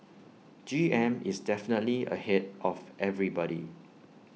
G M is definitely ahead of everybody